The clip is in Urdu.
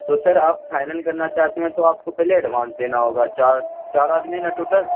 تو سر آپ فائنل کرنا چاہتے ہیں تو آپ کو پہلے ایڈوانس دینا ہوگا چار چار آدمی ہیں نا ٹوٹل